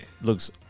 looks